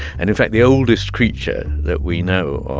and in fact, the oldest creature that we know